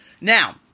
Now